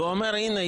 ואמר "הינה,